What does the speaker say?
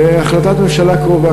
החלטת ממשלה קרובה.